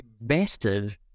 invested